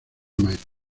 maestra